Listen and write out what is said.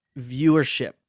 viewership